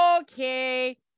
okay